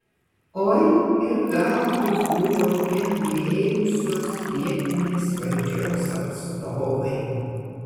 oi ir gabūs buvo tie nuėjusios vietinės valdžios atstovai